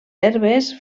herbes